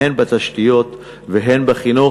הן בתשתיות והן בחינוך.